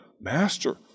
Master